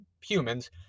humans